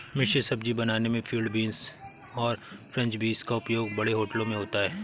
मिश्रित सब्जी बनाने में फील्ड बींस और फ्रेंच बींस का उपयोग बड़े होटलों में होता है